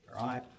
right